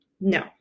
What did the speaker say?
No